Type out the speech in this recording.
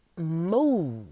move